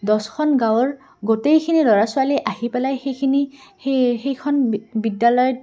দহখন গাঁৱৰ গোটেইখিনি ল'ৰা ছোৱালী আহি পেলাই সেইখিনি সেই সেইখন বিদ্যালয়ত